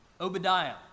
Obadiah